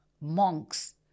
monks